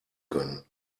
können